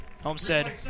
Homestead